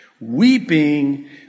Weeping